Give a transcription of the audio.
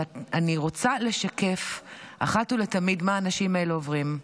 ואני רוצה לשקף אחת ולתמיד מה האנשים האלה עוברים.